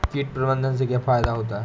कीट प्रबंधन से क्या फायदा होता है?